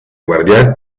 guardián